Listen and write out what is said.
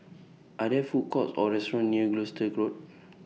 Are There Food Courts Or restaurants near Gloucester Road